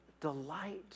delight